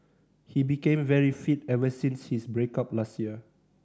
he became very fit ever since his break up last year